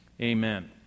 amen